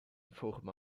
forma